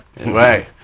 Right